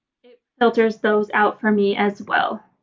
it filters those out for me as well.